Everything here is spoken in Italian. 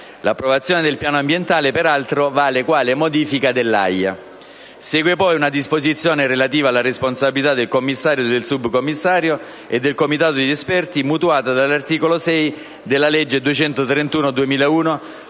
L'approvazione del piano ambientale, peraltro, vale quale modifica dell'AIA. Segue poi una disposizione relativa alla responsabilità del commissario, del subcommissario e del comitato di esperti, mutuata dall'articolo 6 della legge n. 231